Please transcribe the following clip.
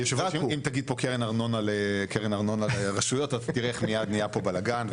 אם תגיד פה קרן ארנונה לרשויות אתה תראה איך מיד נהיה פה בלאגן,